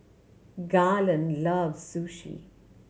Garland loves Sushi